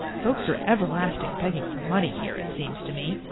folks are everlasting begging for money here, it seems to me.